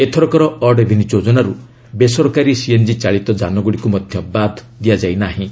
ଏଥରକର odd even ଯୋଜନାରୁ ବେସରକାରୀ ସିଏନ୍କି ଚାଳିତ ଯାନଗୁଡ଼ିକୁ ମଧ୍ୟ ବାଦ୍ ଦିଆଯାଇ ନାହିଁ